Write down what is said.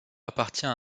appartient